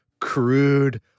crude